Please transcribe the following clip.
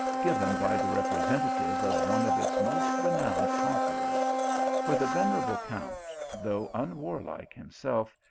given by the representative of one of its most renowned conquerors for the venerable count, though unwarlike himself,